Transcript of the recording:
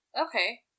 Okay